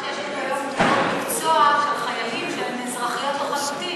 במיוחד שיש לנו היום תעודות מקצוע לחיילים שהן אזרחיות לחלוטין.